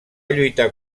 lluitar